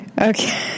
Okay